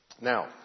Now